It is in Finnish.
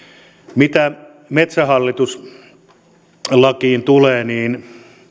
mitä metsähallitus lakiin tulee niin